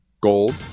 gold